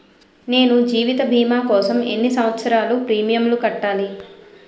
నేను జీవిత భీమా కోసం ఎన్ని సంవత్సారాలు ప్రీమియంలు కట్టాలి?